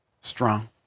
strong